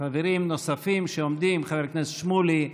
חברים נוספים שעומדים, חבר הכנסת שמולי,